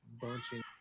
bunching